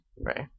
right